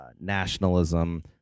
nationalism